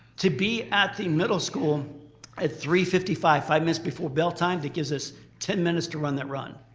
to be at the middle school at three fifty five, five minutes before bell time, that gives us ten minutes to run that run.